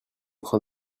train